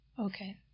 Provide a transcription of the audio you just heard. Okay